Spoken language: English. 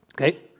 Okay